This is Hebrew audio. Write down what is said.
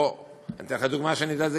או אתן לך דוגמה שאני יודע עליה,